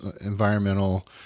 environmental